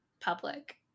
public